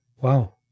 Wow